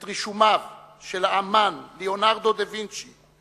את רישומיו של האמן ליאונרדו דה וינצ'י,